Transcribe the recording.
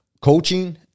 Coaching